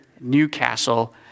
Newcastle